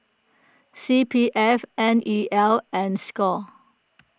C P F N E L and Score